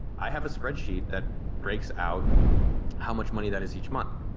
i have a spreadsheet that breaks out how much money that is each month.